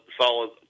solid